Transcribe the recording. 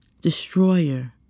destroyer